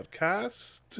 podcast